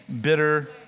bitter